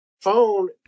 phone